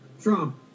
Trump